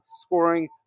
scoring